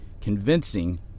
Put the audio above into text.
convincing